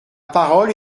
parole